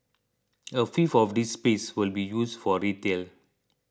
a fifth of this space will be used for retail